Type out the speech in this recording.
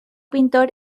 pintor